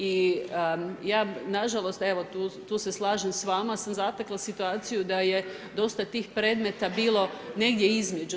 I ja nažalost, evo, tu se slažem s vama, sam zatekla situaciju, da je dosta tih predmeta bilo negdje između.